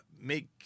make